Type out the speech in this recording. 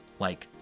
like,